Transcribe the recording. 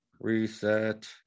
Reset